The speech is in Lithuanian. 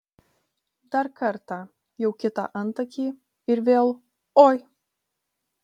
dar kartą jau kitą antakį ir vėl oi